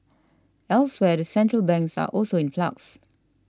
elsewhere the central banks are also in flux